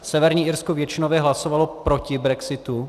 Severní Irsko většinově hlasovalo proti brexitu.